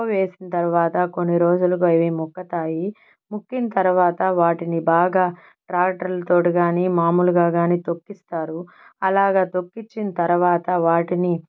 కుప్ప వేసిన తరువాత కొన్ని రోజులకు అవి ముక్కుతాయి ముక్కిన తరువాత వాటిని బాగా ట్రాక్టర్లతో కానీ మాములుగా కానీ తొక్కిస్తారు అలాగ తొక్కించిన తరువాత వాటిని